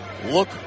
Look